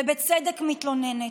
ובצדק מתלוננת,